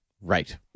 Right